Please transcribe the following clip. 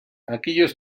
aquellos